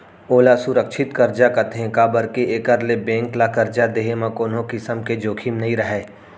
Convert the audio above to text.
ओला सुरक्छित करजा कथें काबर के एकर ले बेंक ल करजा देहे म कोनों किसम के जोखिम नइ रहय